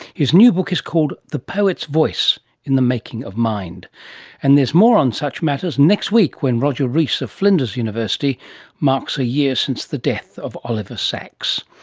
his new book is called the poet's voice in the making of mind and there's more on such matters next week when roger rees of flinders university marks a year since the death of oliver sacks.